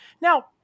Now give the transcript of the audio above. Now